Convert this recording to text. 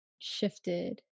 shifted